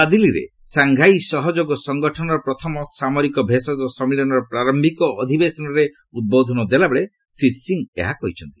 ନୂଆଦିଲ୍ଲୀରେ ସାଙ୍ଘାଇ ସହଯୋଗ ସଙ୍ଗଠନର ପ୍ରଥମ ସାମରିକ ଭେଷଜ ସମ୍ମିଳନୀର ପ୍ରାରମ୍ଭିକ ଅଧିବେଶନରେ ଉଦ୍ବୋଧନ ଦେଲାବେଳେ ଶ୍ରୀ ସିଂହ ଏହା କହିଛନ୍ତି